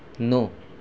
no